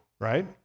right